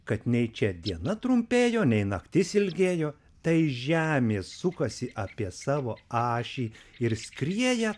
kad nei čia diena trumpėjo nei naktis ilgėjo tai žemė sukasi apie savo ašį ir skrieja